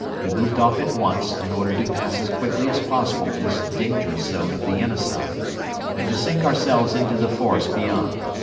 we moved off at once in order to pass as quickly as possible this dangerous zone of the yenisei and to sink ourselves into the forest beyond.